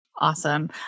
Awesome